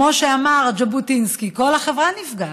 שכמו שאמר ז'בוטינסקי, כל החברה נפגעת.